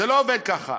זה לא עובד ככה.